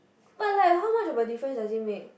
but like how much of a difference does it make